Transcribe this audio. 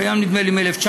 הוא קיים נדמה לי מ-1991.